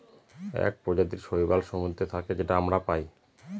এক প্রজাতির শৈবাল সমুদ্রে থাকে যেটা আমরা পায়